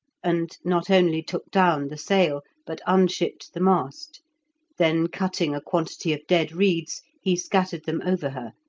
and not only took down the sail, but unshipped the mast then cutting a quantity of dead reeds, he scattered them over her,